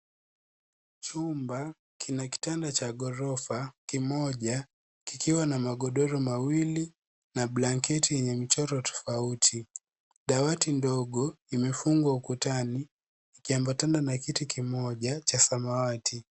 Chumba kina kitanda cha ghorofa kimoja kikiwa na magodoro mawili na blanketi yenye mchoro tofauti. Dawati ndogo imefungwa ukutani, ikiambatana na kiti kimoja cha samawati.